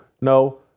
No